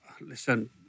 listen